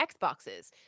Xboxes